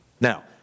Now